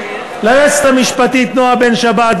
ליועצת המשפטית נועה בן-שבת,